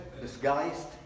disguised